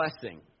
blessing